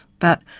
but,